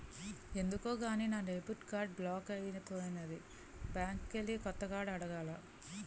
ఎందుకో గాని నా డెబిట్ కార్డు బ్లాక్ అయిపోనాది బ్యాంకికెల్లి కొత్త కార్డు అడగాల